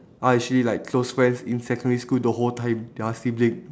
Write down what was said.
are actually like close friends in secondary school the whole time their sibling